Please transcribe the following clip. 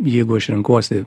jeigu aš renkuosi